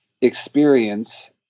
experience